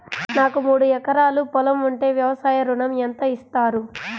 నాకు మూడు ఎకరాలు పొలం ఉంటే వ్యవసాయ ఋణం ఎంత ఇస్తారు?